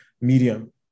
medium